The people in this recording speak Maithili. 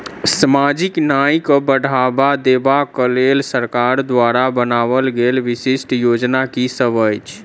सामाजिक न्याय केँ बढ़ाबा देबा केँ लेल सरकार द्वारा बनावल गेल विशिष्ट योजना की सब अछि?